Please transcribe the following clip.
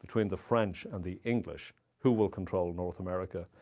between the french and the english. who will control north america?